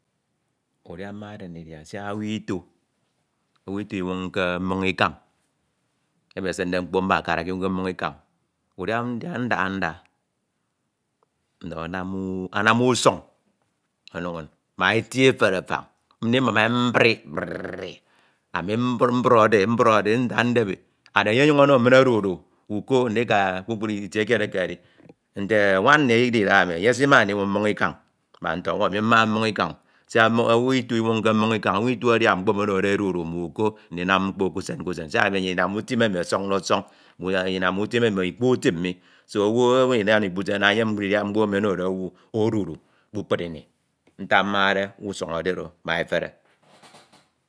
Udia mmade ndidia sia owu ito, inwonke mnoñ ikan, emi esinde mkpo mbakara inwoñke mmoñ ikañ. Udia ndade ndahe nda ndọhọ anam usañ ono inñ ma eti efere afañ. Ndibum e mbrik briiik. Anu mbruọde e mbruọde e nda ndebi ane enye ọuyuñ ono min odudu uko ndika kpukpru itie kied ekeded. Nte nwam nni edede idahami enye esima ndinwoñ mmoñ ikan ma ntọ nwọn, ami mmsha mmoñ ikañi siak owu ito inwonke mmoñ ikañ. Owu adia mkpo emi onode e edudu ma uko ndinam mkpo ke usen ke usen siak edide nnyin inam utim ọsọnde ọsiñ, nnyin inam nnyin ikpo utim me, ɛeo owu anamde ikpo utim ana efem mkpo emi ọnide owu odudu kpukpru ini. Ntak mmade usuñ edi oro ma efere.